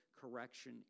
correction